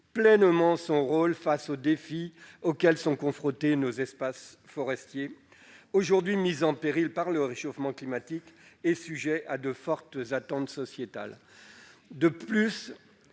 pleinement son rôle face aux défis auxquels sont confrontés nos espaces forestiers, qui sont aujourd'hui mis en péril par le réchauffement climatique et qui font l'objet de fortes attentes sociétales. De plus,